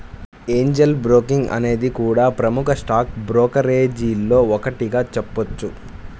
Angel broking అనేది కూడా ప్రముఖ స్టాక్ బ్రోకరేజీల్లో ఒకటిగా చెప్పొచ్చు